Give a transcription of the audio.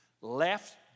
left